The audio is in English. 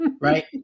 right